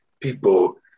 people